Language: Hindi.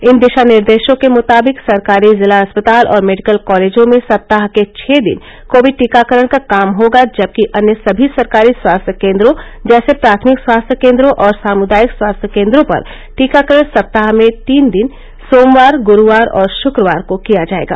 इन दिशानिर्देशों के मुताबिक सरकारी जिला अस्पताल और मेडिकल कॉलेजों में सप्ताह के छः दिन कोविड टीकाकरण का काम होगा जबकि अन्य सभी सरकारी स्वास्थ्य केंद्रों जैसे प्राथमिक स्वास्थ्य केंद्रों और सामुदायिक स्वास्थ्य केंद्रों पर टीकाकरण सप्ताह में तीन दिन सोमवार गुरुवार और शुक्रवार को किया जाएगा